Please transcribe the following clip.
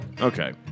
Okay